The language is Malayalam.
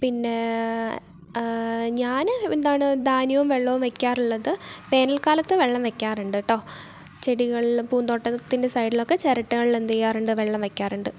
പിന്നേ ഞാന് എന്താണ് ധാന്യവും വെള്ളവും വയ്ക്കാറുള്ളത് വേനൽക്കാലത്ത് വെള്ളം വയ്ക്കാറുണ്ട് കെട്ടോ ചെടികളിലും പൂന്തോട്ടത്തിൻ്റെ സൈഡിലൊക്കെ ചിരട്ടകളില് എന്ത് ചെയ്യാറുണ്ട് വെള്ളം വയ്ക്കാറുണ്ട്